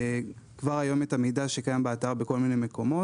כבר היום יש את המידע שקיים באתר ובכל מיני מקומות.